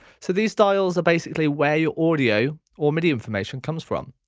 so these dials are basically where your audio or midi information comes from.